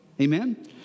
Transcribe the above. Amen